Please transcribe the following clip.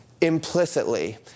Implicitly